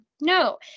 No